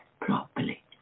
properly